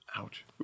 Ouch